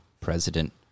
president